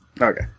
okay